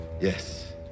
Yes